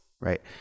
right